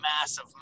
massive